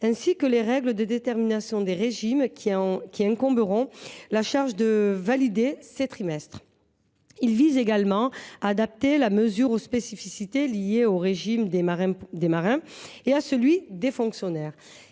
ainsi que les règles de détermination des régimes auxquels incombera la charge de valider ces trimestres. Il vise également à adapter la mesure aux spécificités liées au régime des marins et à celui des fonctionnaires.